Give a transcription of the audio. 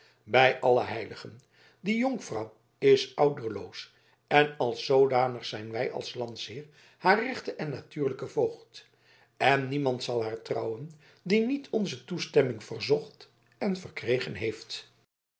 bij alle heiligen die jonkvrouw is ouderloos en als zoodanig zijn wij als landsheer haar rechte en natuurlijke voogd en niemand zal haar trouwen die niet onze toestemming verzocht en verkregen heeft